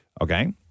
Okay